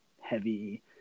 heavy